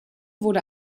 wurde